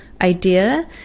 idea